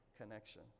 connection